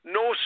no